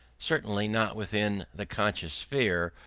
certainly not within the conscious sphere,